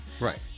right